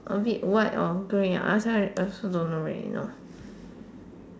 a bit white or grey ah I so I also don't really know